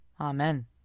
Amen